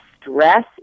Stress